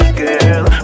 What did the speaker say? girl